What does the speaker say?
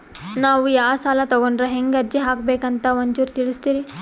ನಾವು ಯಾ ಸಾಲ ತೊಗೊಂಡ್ರ ಹೆಂಗ ಅರ್ಜಿ ಹಾಕಬೇಕು ಅಂತ ಒಂಚೂರು ತಿಳಿಸ್ತೀರಿ?